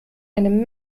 eine